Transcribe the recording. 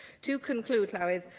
to conclude, llywydd,